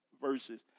verses